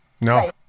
No